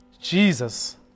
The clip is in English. Jesus